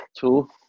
Two